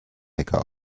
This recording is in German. hacker